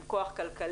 הם כוח כלכלי,